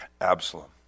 Absalom